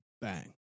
bang